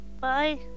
Bye